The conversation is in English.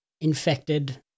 infected